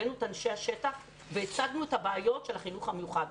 הבאנו את אנשי השטח והצגנו את הבעיות של החינוך המיוחד.